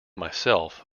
myself